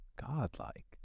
godlike